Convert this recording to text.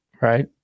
right